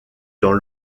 dans